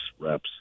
reps